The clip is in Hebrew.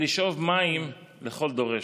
ולשאוב מים לכל דורשת.